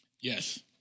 Yes